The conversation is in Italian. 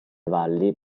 valli